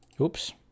Oops